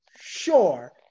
Sure